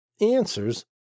answers